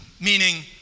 meaning